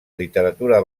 literatura